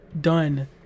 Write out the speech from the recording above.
done